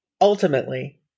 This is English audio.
Ultimately